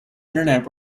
internet